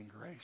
grace